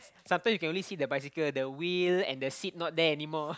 sometimes you can only see the bicycle the wheel and the seat not there anymore